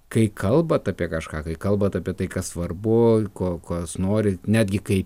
kai kalbat apie kažką kai kalbat apie tai kas svarbu ko kas nori netgi kai